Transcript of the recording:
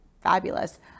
fabulous